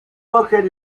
located